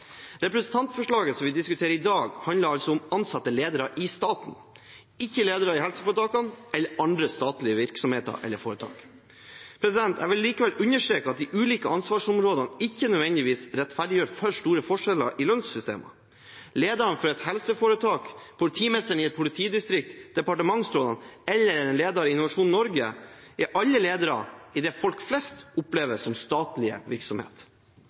Representantforslaget som vi diskuterer i dag, handler altså om ansatte ledere i staten – ikke ledere i helseforetakene eller andre statlige virksomheter eller foretak. Jeg vil likevel understreke at de ulike ansvarsområdene ikke nødvendigvis rettferdiggjør for store forskjeller i lønnssystemer. Lederen for et helseforetak, politimesteren i et politidistrikt, departementsrådene eller en leder i Innovasjon Norge er alle ledere i det folk flest opplever som statlige